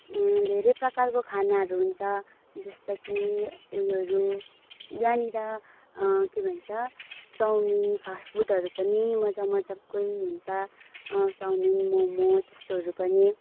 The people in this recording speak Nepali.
धेरै प्रकारको खानाहरू हुन्छ जस्तै कि उयोहरू यहाँनिर के भन्छ चाउमिन फास्ट फुडहरू पनि मजा मजाकै हुन्छ चाउमिन मोमो त्यस्तोहरू पनि